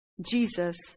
Jesus